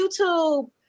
youtube